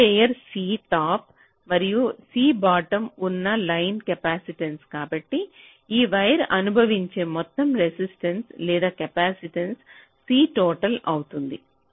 పై layer C top మరియు C bottom ఉన్న line capacitance కాబట్టి ఈ వైర్ అనుభవించే మొత్తం రెసిస్టెంట్స లేదా కెపాసిటెన్స C టోటల్ అవుతుంది